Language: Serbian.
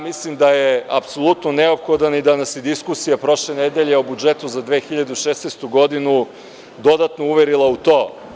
Mislim da je apsolutno neophodan i da nas je diskusija o budžetu prošle nedelje za 2016. godinu dodatno uverila u to.